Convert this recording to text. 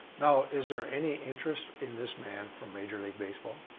now is there any interest in this man from major league baseball?